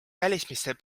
välisminister